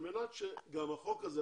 על מנת שהחוק הזה,